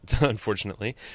unfortunately